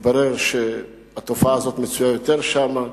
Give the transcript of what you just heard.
מתברר שהתופעה הזאת מצויה יותר שם.